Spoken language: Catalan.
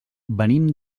venim